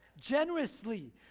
generously